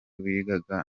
wigaga